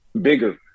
bigger